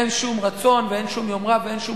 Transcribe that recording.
אין שום רצון ואין שום יומרה ואין שום